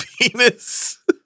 penis